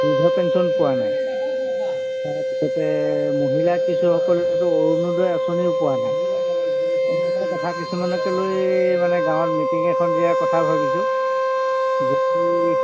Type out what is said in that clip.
বৃদ্ধ পেঞ্চন পোৱা নাই তাৰ পিছতে মহিলা কিছুসকলেতো অৰুণোদয় আঁচনিও পোৱা নাই এনেকুৱা কথা কিছুমানকে লৈ মানে গাঁৱত মিটিং এখন দিয়াৰ কথা ভাবিছোঁ যদি